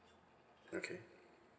okay